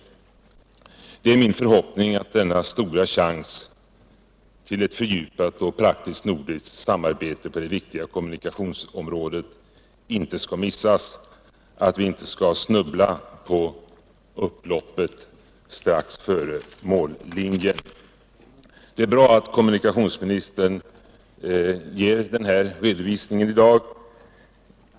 —2n= Det är min förhoppning att denna stora chans till ett fördjupat, praktiskt - Om föreskrifter i nordiskt samarbete på det viktiga kommunikationsområdet inte skall missas, — brottsskyddande att vi inte skall snubbla i upploppet strax före mållinjen. syfte för postloka Det är därför bra att kommunikationsministern ger den här positiva re — lers inredning och dovisningen i dag.